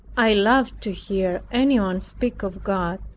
i loved to hear anyone speak of god,